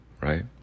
right